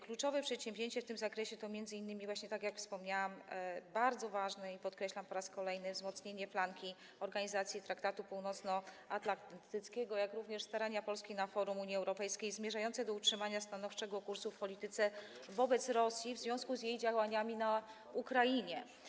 Kluczowe przedsięwzięcie w tym zakresie to m.in. właśnie, tak jak wspomniałam, bardzo ważne - podkreślam to po raz kolejny - wzmocnienie flanki Organizacji Traktatu Północnoatlantyckiego, jak również starania Polski na forum Unii Europejskiej zmierzające do utrzymania stanowczego kursu w polityce wobec Rosji w związku z jej działaniami na Ukrainie.